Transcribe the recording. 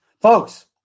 Folks